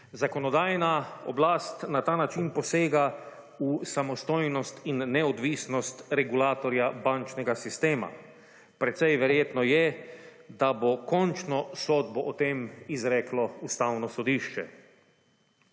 Zakonodajna oblast na ta način posega v samostojnost in neodvisnost regulatorja bančnega sistema. Precej verjetno je, da bo končno sodbo o tem izreklo Ustavno sodišče.